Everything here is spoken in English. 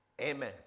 Amen